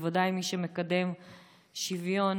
ובוודאי מי שמקדם שוויון